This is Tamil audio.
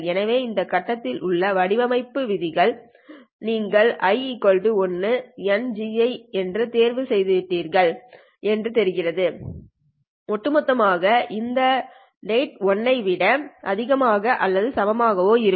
எனவே இந்த கட்டத்தில் உள்ள வடிவமைப்பு விதிகள்களை நீங்கள் i1NGi என்று தேர்வு செய்கிறீர்கள் என்று தெரிகிறது ஒட்டுமொத்தமாக இந்த டேர்ம் 1 ஐ விட அதிகமாகவோ அல்லது சமமாகவோ இருக்கும்